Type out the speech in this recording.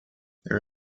there